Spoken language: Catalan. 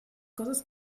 coses